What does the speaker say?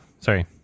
sorry